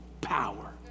power